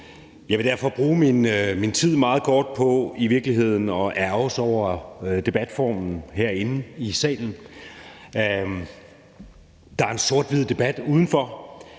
Jeg vil derfor bruge min tid meget kort på i virkeligheden at ærgre mig over debatformen herinde i salen. Der er en sort-hvid debat udenfor,